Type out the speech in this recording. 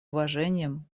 уважением